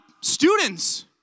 students